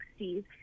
60s